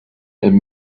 and